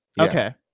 okay